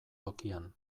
tokian